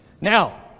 Now